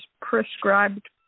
prescribed